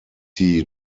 die